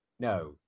No